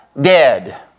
dead